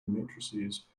matrices